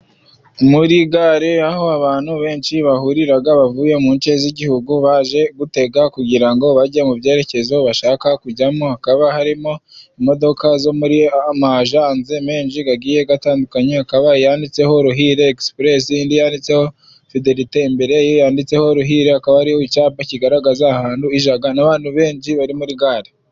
Muri gare aho abantu benshi bahurira bavuye mu nce z'igihugu baje gutega, kugira ngo bajye mu byerekezo bashaka kujyamo. hakaba harimo imodoka zo muri ama ajanse menshi agiye atandukanye. Hakaba iyanditseho ruhire egisipuresi, indi yanditseho fidelite. Imbere y'iyo yanditseho ruhire hakaba hariho icyapa kigaragaza ahantu ijya, n'abantu benshi bari muri gare.